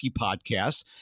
podcast